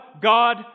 God